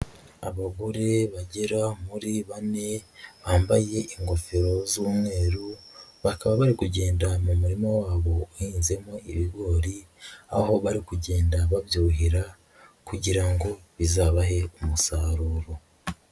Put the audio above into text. Abagore bagera muri bane bambaye ingofero z'umweru, bakaba bari kugenda mu murima wabo uhinzemo ibigori, aho bari kugenda babyuhira kugira ngo bizabahe umusaruro.